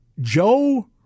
Joe